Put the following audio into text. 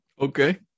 Okay